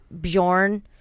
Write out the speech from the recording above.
Bjorn